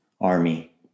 army